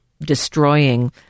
destroying